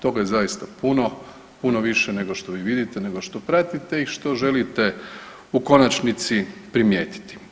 Toga je zaista puno, puno više nego što vidite, nego što pratite i što želite u konačnici primijetiti.